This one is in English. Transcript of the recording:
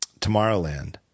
Tomorrowland